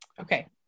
Okay